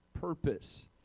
purpose